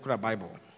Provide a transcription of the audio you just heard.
Bible